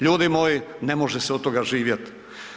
Ljudi moji, ne može se od toga živjeti.